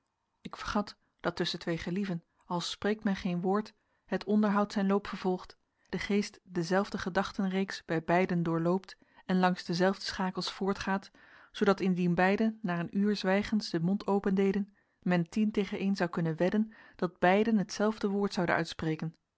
ik vergat dat tusschen twee gelieven al spreekt men geen woord het onderhoud zijn loop vervolgt de geest dezelfde gedachtenreeks bij beiden doorloopt en langs dezelfde schakels voortgaat zoodat indien beiden na een uur zwijgens den mond opendeden men tien tegen één zou kunnen wedden dat beiden hetzelfde woord zouden uitspreken